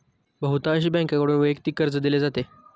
बहुतांश बँकांकडून वैयक्तिक कर्ज दिले जाते